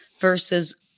versus